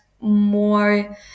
more